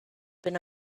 been